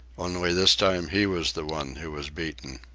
only this time he was the one who was beaten.